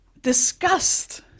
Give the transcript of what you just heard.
disgust